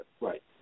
Right